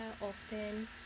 often